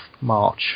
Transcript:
March